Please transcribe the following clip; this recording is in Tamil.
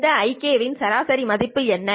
இந்த Ik கின் சராசரி மதிப்பு என்ன